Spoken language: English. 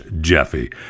Jeffy